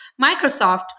Microsoft